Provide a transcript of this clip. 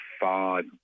five